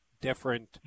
Different